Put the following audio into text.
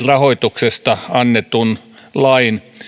rahoituksesta annetun lain